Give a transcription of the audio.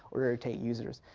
or irritate users.